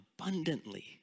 abundantly